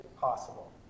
possible